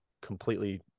completely